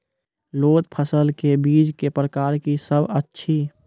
लोत फसलक बीजक प्रकार की सब अछि?